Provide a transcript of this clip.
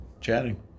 chatting